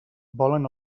volen